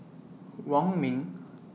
Wong Ming